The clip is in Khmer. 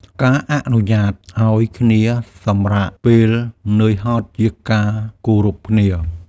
ការអនុញ្ញាតឱ្យគ្នាសម្រាកពេលនឿយហត់ជាការគោរពគ្នា។